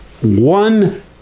one